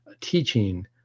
teaching